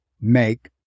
make